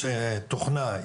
יש תוכנה,